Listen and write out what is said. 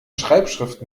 schreibschrift